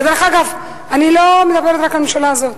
דרך אגב, אני לא מדברת רק על הממשלה הזאת.